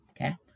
Okay